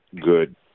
good